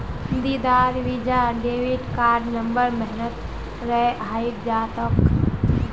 दीदीर Visa debit card नवंबर महीनात रद्द हइ जा तोक